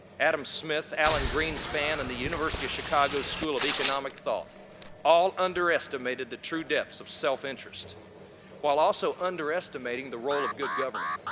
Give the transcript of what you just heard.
adam smith, alan greenspan, and the university of chicago's school of economic thought all underestimated the true depths of self-interest while also underestimating the role of good government.